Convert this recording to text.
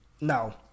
no